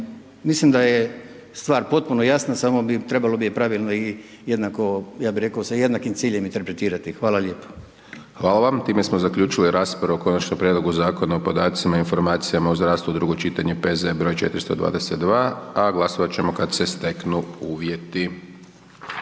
Mislim da je stvar potpuno jasna, samo bi ju trebalo pravilno i jednako, ja bi rekao sa jednakim ciljem interpretirati. Hvala lijepo. **Hajdaš Dončić, Siniša (SDP)** Hvala. Time smo zaključili raspravo o Konačnom prijedlogu Zakona o podacima i informacijama u zdravstvu, drugo čitanje, P.Z.E. br. 422, a glasovati ćemo kada se steknu uvjeti.